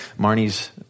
Marnie's